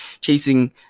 chasing